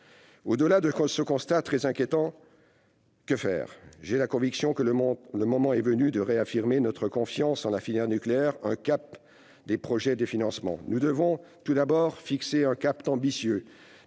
Au-delà de ce constat, très inquiétant, que faire ? J'ai la conviction que le moment est venu de réaffirmer notre confiance en la filière nucléaire : un cap, des projets, des financements. Nous devons, tout d'abord, fixer un cap ambitieux.